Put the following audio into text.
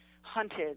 hunted